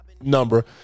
number